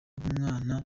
nk’umwana